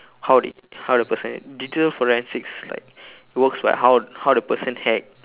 how they how the person digital forensics like it works by how how the person hack